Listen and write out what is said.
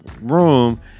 room